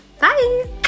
bye